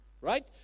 Right